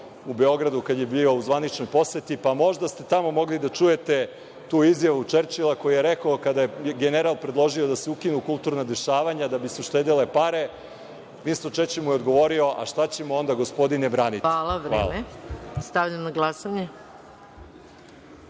u Beogradu kad je bio u zvaničnoj poseti, pa možda ste tamo mogli da čujete tu izjavu Čerčila koji je rekao kada je general predložio da se ukinu kulturna dešavanja da bi se uštedele pare, Vinston Čerčil mu je odgovorio – a, šta ćemo onda gospodine braniti? Hvala. **Maja Gojković**